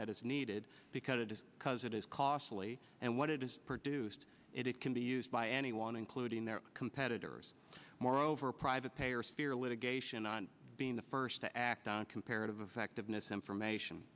that is needed because it is because it is costly and what it is produced it it can be used by anyone including their competitors moreover private payers fear litigation and being the first to act on comparative effectiveness information